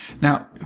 Now